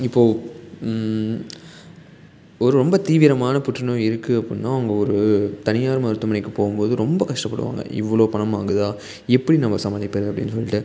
இப்போது ஒரு ரொம்ப தீவிரமான புற்றுநோய் இருக்குது அப்புடின்னா அவங்க ஒரு தனியார் மருத்துவமனைக்கு போகும் போது ரொம்ப கஷ்டப்படுவாங்க இவ்வளோ பணம் ஆகுதா எப்படி நம்ம சமாளிப்பது அப்படின்னு சொல்லிட்டு